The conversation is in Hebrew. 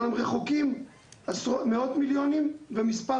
אבל אנחנו רחוקים מאות מיליונים ומספר